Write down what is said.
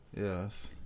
Yes